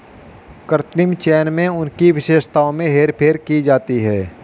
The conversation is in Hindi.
कृत्रिम चयन में उनकी विशेषताओं में हेरफेर की जाती है